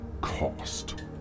cost